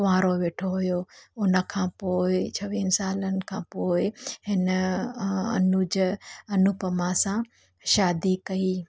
कुवांरो वेठो हुयो उनखां पोइ छवीह सालनि खां पोइ हिन अनुज अनुपमा सां शादी कई